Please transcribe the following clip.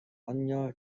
آنگاه